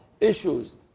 issues